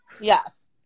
Yes